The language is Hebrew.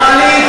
תעלי,